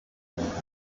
y’amavuko